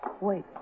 Wait